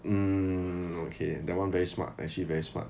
mm okay that one very smart actually very smart